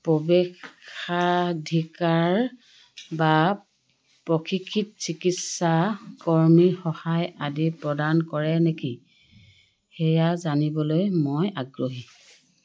প্ৰৱেশাধিকাৰ বা প্ৰশিক্ষিত চিকিৎসা কৰ্মীৰ সহায় আদি প্ৰদান কৰে নেকি সেয়া জানিবলৈ মই আগ্ৰহী